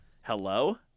Hello